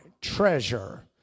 treasure